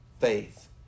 faith